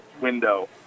window